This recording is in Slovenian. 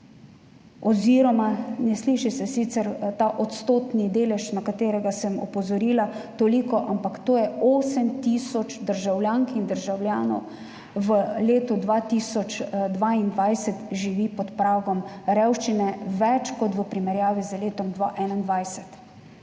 revščine. Ne sliši se sicer ta odstotni delež, na katerega sem opozorila, toliko, ampak to je 8 tisoč več državljank in državljanov, ki v letu 2022 živijo pod pragom revščine, v primerjavi z letom 2021.